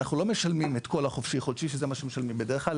אנחנו לא משלמים את כל החופשי חודשי שזה מה שמשלמים בדרך כלל,